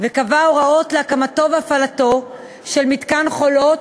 וקבע הוראות להקמתו והפעלתו של מתקן "חולות",